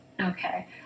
Okay